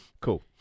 cool